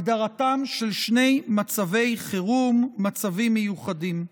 הגדרתם של שני מצבי חירום מצבים מיוחדים.